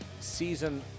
season